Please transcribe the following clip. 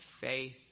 faith